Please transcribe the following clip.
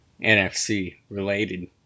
NFC-related